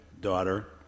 daughter